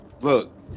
Look